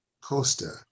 Costa